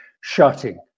shutting